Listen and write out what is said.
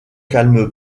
calme